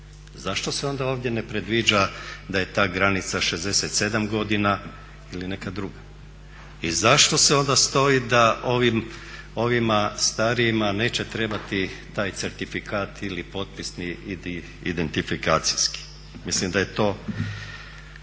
Zašto se onda ovdje ne predviđa da je ta granica 67 godina ili neka druga i zašto onda stoji da ovima starijima neće trebati taj certifikat ili potpis identifikacijski. Mislim da je to